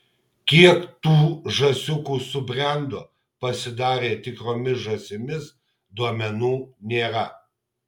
kiek tų žąsiukų subrendo pasidarė tikromis žąsimis duomenų nėra